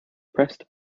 pressed